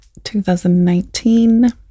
2019